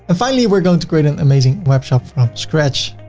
ah finally we're going to create an amazing web shop from scratch.